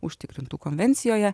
užtikrintų konvencijoje